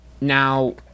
Now